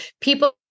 people-